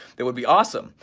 it would be awesome.